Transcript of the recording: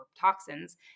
toxins